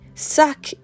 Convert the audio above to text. suck